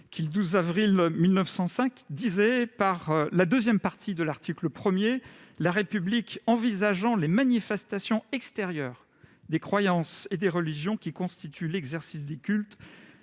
le 12 avril 1905, disait :« Par la deuxième partie de l'article 1, la République, envisageant les manifestations extérieures des croyances et des religions, qui constituent l'exercice des cultes,